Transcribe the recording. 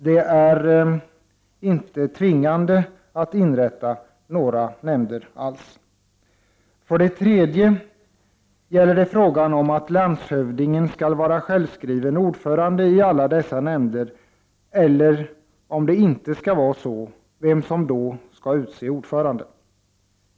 De är inte tvingade att inrätta några nämnder alls. För det tredje gäller det frågan om att landshövdingen skall vara självskriven ordförande i alla dessa nämnder eller om det inte skall vara så, vem som då skall utse ordförande.